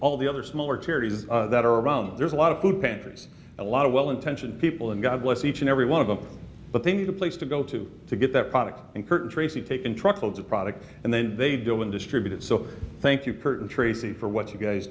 all the other smaller charities that are around there's a lot of food pantries a lot of well intentioned people and god bless each and every one of them but they need a place to go to to get that product and kurt and tracy take in truckloads of product and then they don't distribute it so thank you kurt and tracy for what you guys